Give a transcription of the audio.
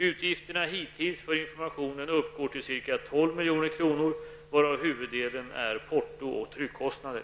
Utgifterna hittills för informationen uppgår till ca 12 milj.kr., varav huvuddelen är porto och tryckkostnader.